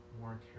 more